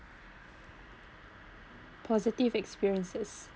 positive experiences